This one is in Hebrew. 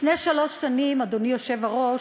לפני שלוש שנים, אדוני היושב-ראש,